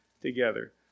together